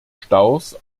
staus